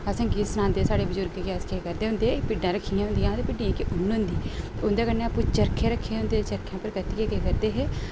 असें गी सनांदे साढ़े बजुर्ग कि अस केह् करदे होंदे हे भिड्डां रखियां होंदियां हियां ते भिड्डें दी उन्न होंदी ओह्दे कन्नै चरखे रखे होंदे हे चरखे ने कत्तियै केह् करदे होंदे हे